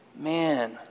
man